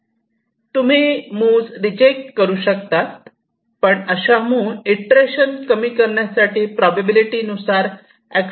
तुम्ही move reject करू शकतात पण अशा मूव्ह इटरेशन कमी करण्यासाठी प्रोबॅबिलिटी नुसार एक्सेप्ट केल्या जाऊ शकतात